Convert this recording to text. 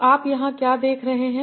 तो आप यहाँ क्या देख रहे हैं